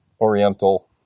oriental